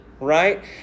right